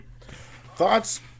thoughts